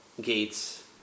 gates